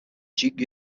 duke